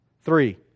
Three